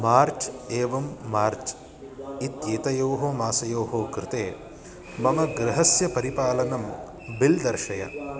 मार्च् एवं मार्च् इत्येतयोः मासयोः कृते मम गृहस्य परिपालनं बिल् दर्शय